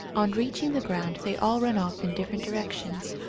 on reaching the ground they all run off in different direc tions,